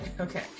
okay